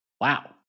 Wow